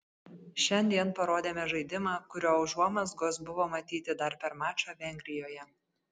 šiandien parodėme žaidimą kurio užuomazgos buvo matyti dar per mačą vengrijoje